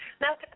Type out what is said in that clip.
now